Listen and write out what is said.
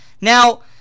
Now